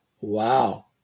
Wow